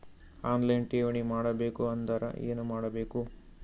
On line ಠೇವಣಿ ಮಾಡಬೇಕು ಅಂದರ ಏನ ಮಾಡಬೇಕು?